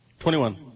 21